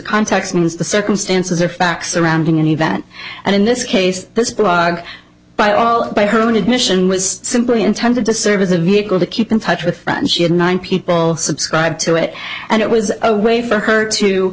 context means the circumstances or facts surrounding an event and in this case this blog by all by her own admission was simply intended to serve as a vehicle to keep in touch with friends she had nine people subscribed to it and it was a way for her to